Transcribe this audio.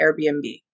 Airbnb